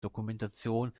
dokumentation